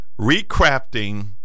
recrafting